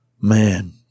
man